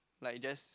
like just